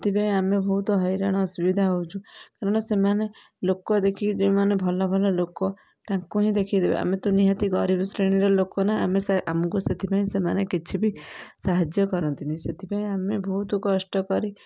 ସେଥିପାଇଁ ଆମେ ବହୁତ ହଇରାଣ ଅସୁବିଧା ହଉଛୁ କାରଣ ସେମାନେ ଲୋକ ଦେଖିକି ଯେଉଁମାନେ ଭଲ ଭଲ ଲୋକ ତାଙ୍କୁ ହିଁ ଦେଖିକି ଦେବେ ଆମେ ତ ନିହାତି ଗରିବ ଶ୍ରେଣୀର ଲୋକ ନା ଆମେ ସା ଆମକୁ ସେଥିପାଇଁ ସେମାନେ କିଛି ବି ସାହାଯ୍ୟ କରନ୍ତିନି ସେଥିପାଇଁ ଆମେ ବହୁତ କଷ୍ଟ କରି